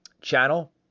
channel